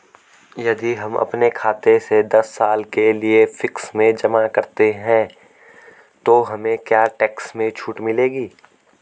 यदि हम अपने खाते से दस साल के लिए फिक्स में जमा करते हैं तो हमें क्या टैक्स में छूट मिलेगी?